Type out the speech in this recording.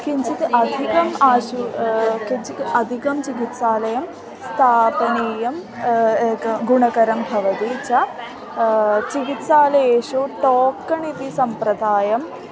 किञ्चित् अधिकम् आशु किञ्चित् अधिकं चिकित्सालयं स्थापनीयम् एक गुणकरं भवति च चिकित्सालयेषु टोकण् इति सम्प्रदायम्